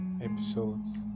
episodes